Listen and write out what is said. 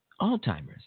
Alzheimer's